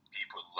People